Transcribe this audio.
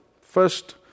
first